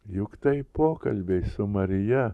juk tai pokalbiai su marija